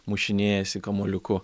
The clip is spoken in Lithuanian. mušinėjasi kamuoliuku